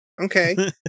okay